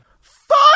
Fuck